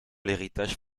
l’héritage